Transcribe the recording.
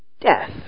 death